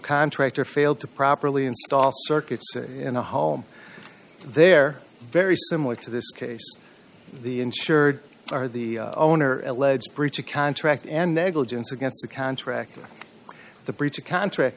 contractor failed to properly install circuits in a home there very similar to this case the insured are the owner alleged breach of contract and negligence against the contractor the breach of contract